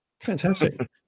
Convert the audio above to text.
fantastic